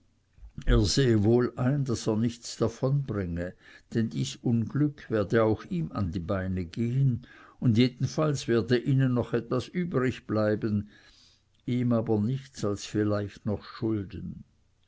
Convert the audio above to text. er sehe wohl ein daß er nichts davon bringe denn dies unglück werde auch ihm an die beine gehen und jedenfalls werde ihnen noch etwas übrig bleiben ihm aber nichts als vielleicht noch schulden